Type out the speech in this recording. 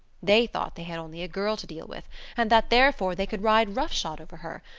they thought they had only a girl to deal with and that, therefore, they could ride roughshod over her.